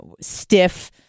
stiff